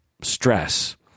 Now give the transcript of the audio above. stress